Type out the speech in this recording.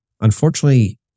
unfortunately